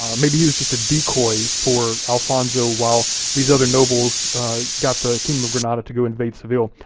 um maybe he was just a decoy for alfonso, while these other nobles got the kingdom of granada to go invade seville.